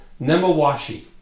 Nemawashi